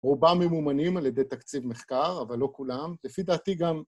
רובם ממומנים על ידי תקציב מחקר, אבל לא כולם. לפי דעתי גם...